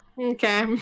Okay